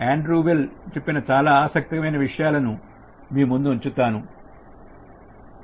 Andre Weil చెప్పిన చాలా ఆసక్తికరమైన ఆలోచనను మీ ముందు ఉంచుతాను